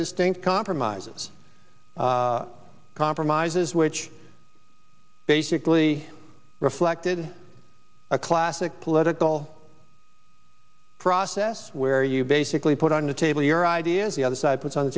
distinct compromises compromises which basically reflected a classic political process where you basically put on the table your ideas the other side puts on the